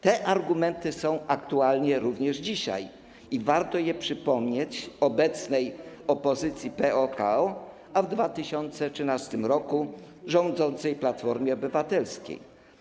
Te argumenty są aktualne również dzisiaj i warto je przypomnieć obecnej opozycji PO-KO, a w 2013 r. rządzącej Platformie Obywatelskiej.